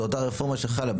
זה אותה רפורמה שחלה.